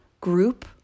group